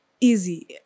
easy